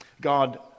God